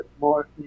more